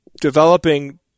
developing